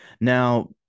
Now